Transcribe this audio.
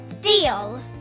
Deal